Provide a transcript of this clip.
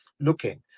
looking